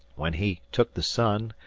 when he took the sun,